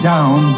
Down